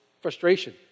frustration